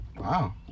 Wow